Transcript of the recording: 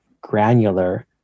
granular